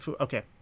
Okay